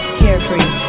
carefree